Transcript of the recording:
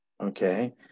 okay